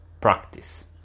practice